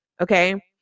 Okay